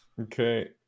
Okay